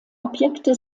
objekte